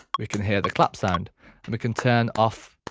we can hear the clap sound and we can turn off.